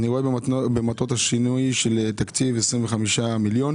אני רואה במטרות השינוי של תקציב 25 מיליון.